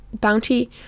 bounty